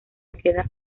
queda